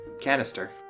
canister